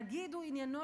הנגיד הוא עניינו,